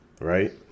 right